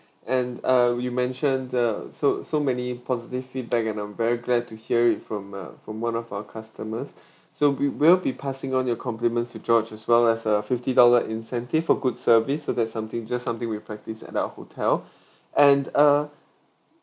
and uh you mention the so so many positive feedback and I'm very glad to hear it from uh from one of our customers so we will be passing on your compliments to george as well as uh fifty dollar incentive for good service so that something just something we practise at our hotel and uh